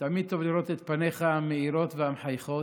תמיד טוב לראות את פניך המאירות והמחייכות.